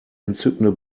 entzückende